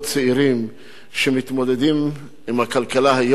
צעירים שמתמודדים יום-יום עם הכלכלה,